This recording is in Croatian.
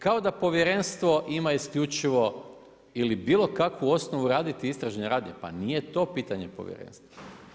Kao da povjerenstvo ima isključivo ili bilo kakvu osnovu raditi istražne radnje, pa nije to pitanje povjerenstva.